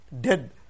dead